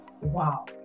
wow